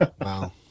Wow